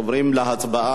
אנחנו עוברים להצבעה,